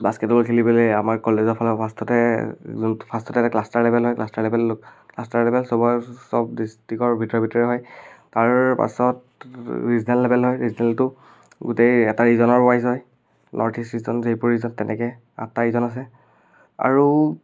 basketball খেলি পেলাই আমাৰ কলেজৰ ফালৰ ফাৰ্ষ্টতে যোনটো ফাৰ্ষ্টতে ক্লাষ্টাৰ লেভেল হয় ক্লাষ্টাৰ লেভেল ক্লাষ্টাৰ লেভেল চবতে চব ড্ৰিষ্ট্ৰিকৰ ভিতৰে ভিতৰে হয় তাৰ পাছত ৰিজনেল লেভেল হয় ৰিজনেলটো গোটেই এটা ৰিজনত ৱাইজ হয় north east region Jaipur region তেনেকৈ আঠটা ৰিজন আছে আৰু